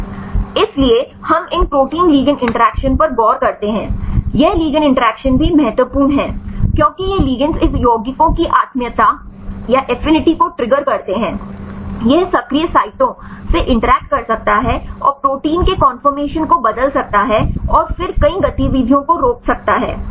इसलिए हम इन प्रोटीन लिगैंड इंटरैक्शन पर गौर करते हैं यह लिगैंड इंटरैक्शन भी महत्वपूर्ण है क्योंकि ये लिगैंड्स इस यौगिकों की आत्मीयता एफिनिटी को ट्रिगर करते हैं यह सक्रिय साइटों से इंटरैक्ट कर सकता है और प्रोटीन के कन्फोर्मशन को बदल सकता है और फिर कई गतिविधियों को रोक सकता है